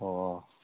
ꯑꯣ